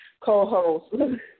co-host